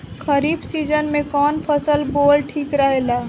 खरीफ़ season में कौन फसल बोअल ठिक रहेला ह?